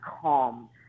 calm